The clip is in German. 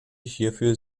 hierfür